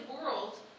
world